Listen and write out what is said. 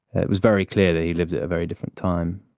it was very clear that he lived at a very different time.